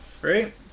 Right